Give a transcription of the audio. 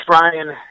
Ryan